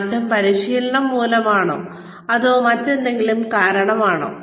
മാറ്റം പരിശീലനം മൂലമാണോ അതോ മറ്റെന്തെങ്കിലും കാരണമാണോ